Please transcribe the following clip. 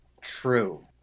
True